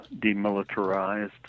demilitarized